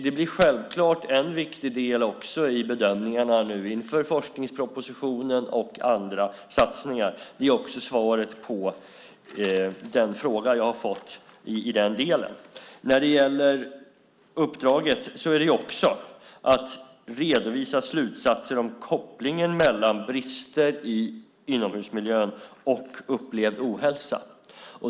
Det blir självfallet en viktig del i bedömningarna inför forskningspropositionen och andra satsningar. Det är också svaret på den fråga jag har fått i den delen. Uppdraget är också att redovisa slutsatser om kopplingen mellan brister i inomhusmiljön och upplevd ohälsa.